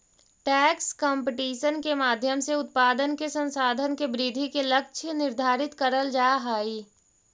tax competition के माध्यम से उत्पादन के संसाधन के वृद्धि के लक्ष्य निर्धारित करल जा हई